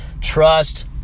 trust